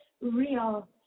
real